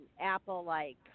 apple-like